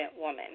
woman